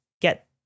get